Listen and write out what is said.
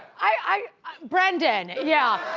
i, i brandon, yeah.